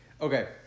Okay